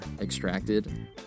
extracted